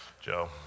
Joe